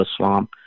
Islam